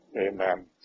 Amen